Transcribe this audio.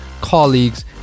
colleagues